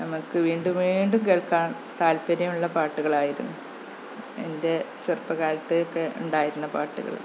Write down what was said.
നമുക്ക് വീണ്ടും വീണ്ടും കേള്ക്കാന് താല്പര്യമുള്ള പാട്ടുകളായിരുന്നു എന്റെ ചെറുപ്പകാലത്തൊക്കെ ഉണ്ടായിരുന്ന പാട്ടുകള്